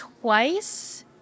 twice